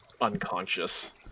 unconscious